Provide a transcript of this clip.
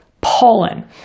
pollen